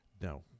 No